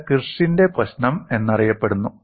ഇത് കിർഷിന്റെ പ്രശ്നം എന്നറിയപ്പെടുന്നു